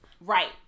right